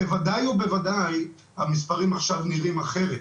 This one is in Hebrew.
אז בוודאי ובוודאי שהמספרים עכשיו נראים אחרת.